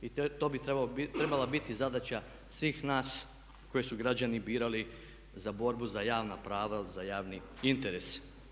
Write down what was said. I to bi trebala biti zadaća svih nas koje su građani birali za borbu za javna prava ili za javni interes.